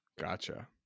Gotcha